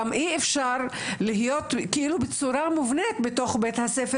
גם אי אפשר שיתקיים באופן מובנה בתוך בית הספר